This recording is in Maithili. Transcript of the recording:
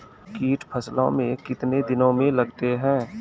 कीट फसलों मे कितने दिनों मे लगते हैं?